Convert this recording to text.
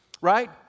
right